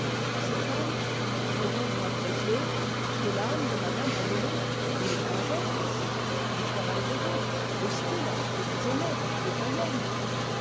cette âme vous paraît donc moins précieuse que l'âme de mme manolé une étrangère aussi différente de vous hostile à ce que vous aimez et païenne